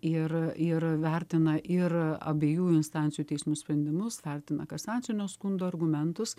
ir ir vertina ir abiejų instancijų teismų sprendimus vertina kasacinio skundo argumentus